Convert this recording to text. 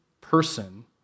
person